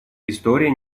история